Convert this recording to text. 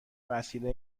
وسیله